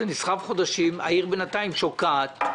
זה נסחב כמה חודשים והעיר בינתיים שוקעת.